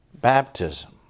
baptism